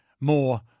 more